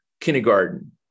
kindergarten